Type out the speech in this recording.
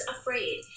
afraid